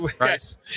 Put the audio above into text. Yes